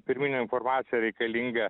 pirminė informacija reikalinga